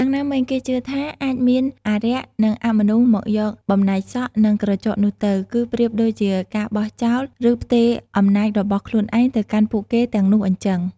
យ៉ាងណាមិញ គេជឿថាអាចមានអារក្ស និងអមនុស្សមកយកបំណែកសក់ និងក្រចកនោះទៅ គឺប្រៀបដូចជាការបោះចោល ឬផ្ទេរអំណាចរបស់ខ្លួនឯង ទៅកាន់ពួកគេទាំងនោះអញ្ចឹង។